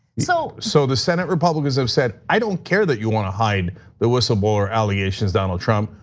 so. so, the senate republicans have said, i don't care that you want to hide the whistleblower allegations donald trump,